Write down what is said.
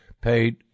paid